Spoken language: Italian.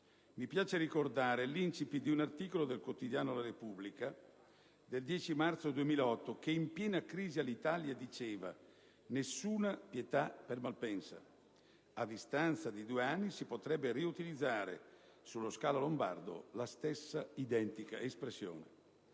Mi piace ricordare l'*incipit* di un articolo del quotidiano «la Repubblica» del 10 marzo 2008 che, in piena crisi Alitalia, diceva: «Nessuna pietà per Malpensa». A distanza di due anni, si potrebbe riutilizzare sullo scalo lombardo la stessa identica espressione.